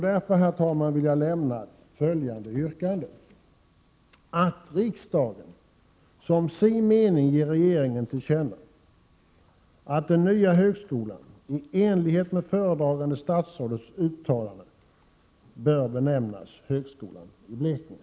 Därför, herr talman, hemställer jag i enligt med ett till kammarens ledamöter utdelat särskilt yrkande beträffande benämningen på högskolan att riksdagen som sin mening ger regeringen till känna att den nya högskolan i enlighet med föredragande statsrådets uttalande bör benämnas högskolan i Blekinge.